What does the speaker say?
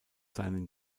seinen